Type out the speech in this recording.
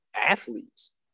athletes